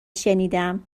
شنیدم